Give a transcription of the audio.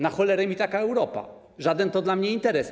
Na cholerę mi taka Europa, żaden to dla mnie interes.